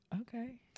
okay